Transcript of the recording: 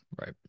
right